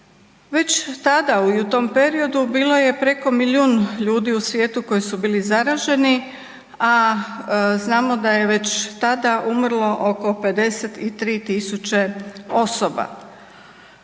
Već tada i u tom periodu bilo je preko milijun ljudi u svijetu koji su bili zaraženi, a znamo da je već tada umrlo oko 53 tisuće osoba.